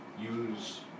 use